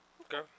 Okay